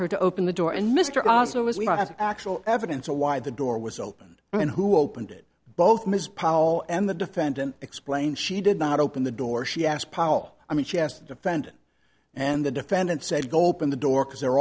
her to open the door and mr answer was we don't have actual evidence of why the door was open i mean who opened it both ms powell and the defendant explained she did not open the door she asked powell i mean she asked the defendant and the defendant said go pin the door because the